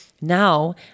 Now